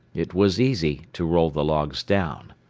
it was easy to roll the logs down.